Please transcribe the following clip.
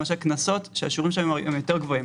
למשל קנסות שהשיעורים שלהם גבוהים יותר,